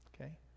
Okay